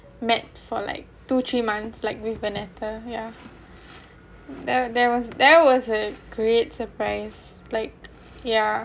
met for like two three months like we've been never yeah there there was there was a creates create surprise like ya